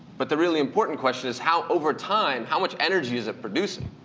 but the really important question is how over time, how much energy is it producing?